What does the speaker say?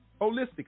holistically